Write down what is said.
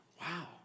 Wow